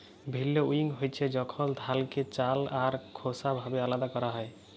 ভিল্লউইং হছে যখল ধালকে চাল আর খোসা ভাবে আলাদা ক্যরা হ্যয়